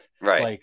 Right